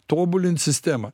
tobulint sistemą